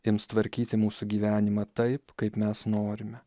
ims tvarkyti mūsų gyvenimą taip kaip mes norime